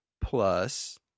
plus